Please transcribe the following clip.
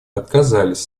отказались